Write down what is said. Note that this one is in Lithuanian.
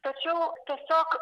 tačiau tiesiog